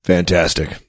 Fantastic